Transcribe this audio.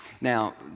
Now